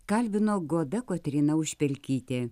kalbino goda kotryna užpelkytė